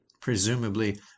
presumably